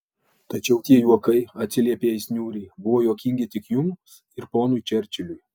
tačiau tie juokai atsiliepė jis niūriai buvo juokingi tik jums ir ponui čerčiliui